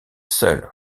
seule